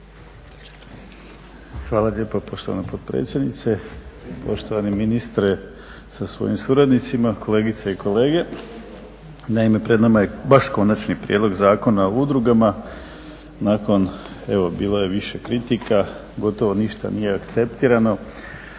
Hvala lijepa poštovana potpredsjednice. Poštovani ministre sa svojim suradnicima, kolegice i kolege naime pred nama je baš konačni prijedlog Zakona o udrugama. Nakon, evo bilo je više kritika, gotovo ništa nije akceptirano,